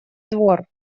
двор